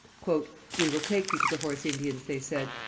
we will take you to the horse indians they said,